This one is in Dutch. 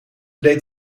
deed